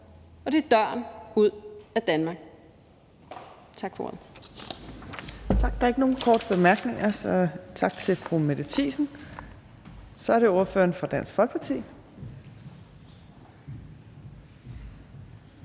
og det er døren ud af Danmark. Tak for ordet.